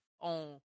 on